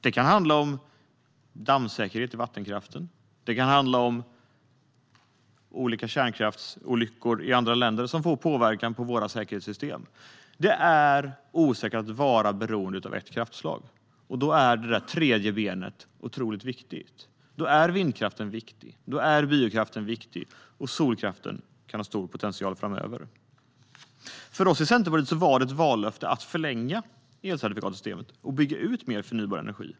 Det kan handla om dammsäkerhet i vattenkraften, eller det kan handla om olika kärnkraftsolyckor i andra länder som får påverkan på våra säkerhetssystem. Det är osäkert att vara beroende av ett kraftslag. Då är det tredje benet otroligt viktigt. Vindkraften är viktig, och biokraften är viktig. Och solkraften kan ha stor potential framöver. För oss i Centerpartiet var det ett vallöfte att förlänga elcertifikatssystemet och bygga ut mer förnybar energi.